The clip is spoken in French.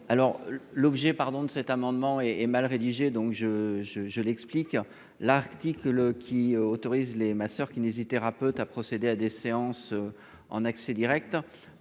Alors l'objet pardon de cet amendement est mal rédigé donc je je je l'explique l'Arctique le qui autorise les ma soeur kinésithérapeute à procéder à des séances. En accès direct